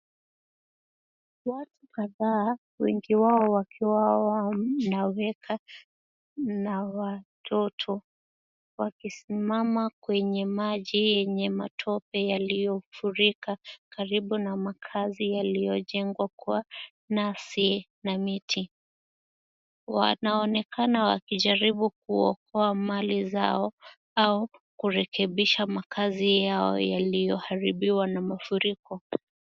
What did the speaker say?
Watu kadhaa, wengi wao wakiwa wanaweka na watoto wakisimama kwenye maji yenye matope yaliyofurika karibu na makazi yaliyojengwa kwa nyasi na miti. Wanaonekana wakijaribu kuokoa mali zao au kurekebisha makazi yao yaliyoharibiwa na mafuriko.